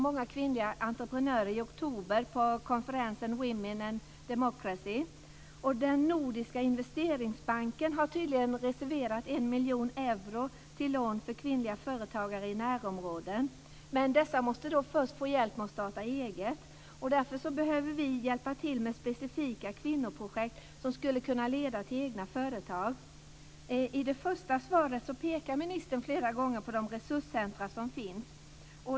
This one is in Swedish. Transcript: Många kvinnliga entreprenörer deltog i oktober i Den Nordiska investeringsbanken har tydligen reserverat 1 miljon euro till lån för kvinnliga företagare i närområden. Men dessa måste först få hjälp med att starta eget. Därför behöver vi hjälpa till med specifika kvinnoprojekt som skulle kunna leda till egna företag. I ministerns svar pekade ministern flera gånger på de resurscentrum som finns.